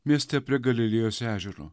mieste prie galilėjos ežero